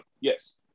Yes